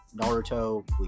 Naruto